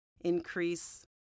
increase